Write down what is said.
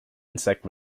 insect